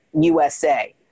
USA